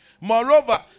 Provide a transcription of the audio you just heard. Moreover